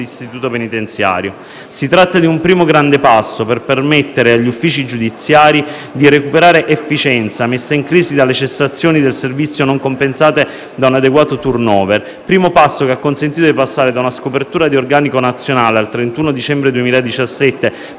istituto penitenziario. Si tratta di un primo grande passo per permettere agli uffici giudiziari di recuperare efficienza, messa in crisi dalle cessazioni dal servizio non compensate da un adeguato *turnover*, primo passo che ha consentito di passare da una scopertura di organico nazionale al 31 dicembre 2017